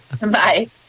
Bye